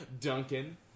Duncan